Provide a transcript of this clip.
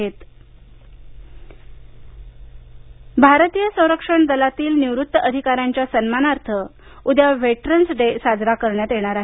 veterans day भारतीय संरक्षण दलातील निवृत्त अधिकाऱ्यांच्या सन्मानार्थ उद्या व्हेटरन्स डे साजरा करण्यात येणार आहे